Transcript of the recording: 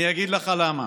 אני אגיד לך למה: